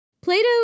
Plato